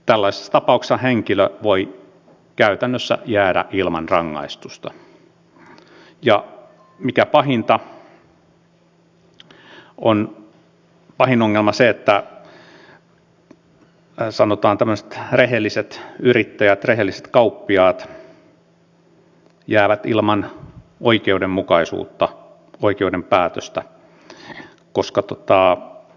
tällaisissa tapauksissa henkilö voi käytännössä jäädä ilman rangaistusta ja pahin ongelma on se että tämmöiset sanotaan rehelliset yrittäjät rehelliset kauppiaat jäävät ilman oikeudenmukaisuutta oikeuden päätöstä